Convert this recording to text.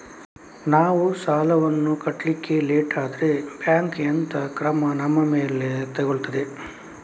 ನಾವು ಸಾಲ ವನ್ನು ಕಟ್ಲಿಕ್ಕೆ ಲೇಟ್ ಆದ್ರೆ ಬ್ಯಾಂಕ್ ಎಂತ ಕ್ರಮ ನಮ್ಮ ಮೇಲೆ ತೆಗೊಳ್ತಾದೆ?